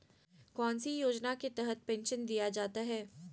कौन सी योजना के तहत पेंसन दिया जाता है?